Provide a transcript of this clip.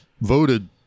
voted